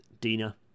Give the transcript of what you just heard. Dina